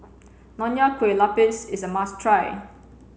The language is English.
Nonya Kueh Lapis is a must try